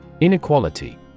Inequality